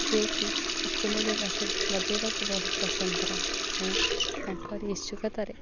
ଯେ କି କୁଲେଲେ ବସ ବଜାଇବାକୁ ବହୁତ ପସନ୍ଦ କରନ୍ତି ତେଣୁ ତାଙ୍କର ଇତ୍ସୁକତାରେ